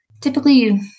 typically